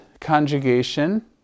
conjugation